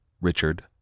Richard